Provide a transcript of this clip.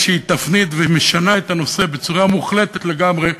תפנית ומשנה את הנושא בצורה מוחלטת לגמרי,